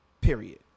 Period